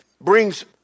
brings